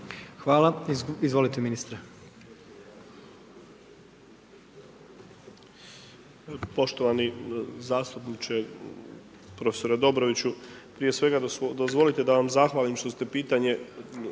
Hvala. Izvolite ministre.